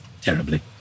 terribly